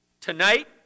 tonight